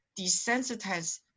desensitize